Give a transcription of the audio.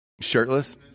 Shirtless